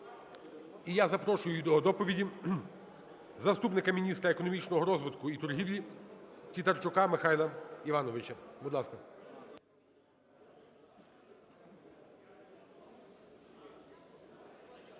І я запрошую до доповіді заступника міністра економічного розвитку і торгівлі Тітарчука Михайла Івановича. Будь ласка.